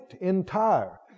entire